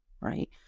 Right